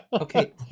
Okay